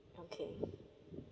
okay